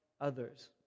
others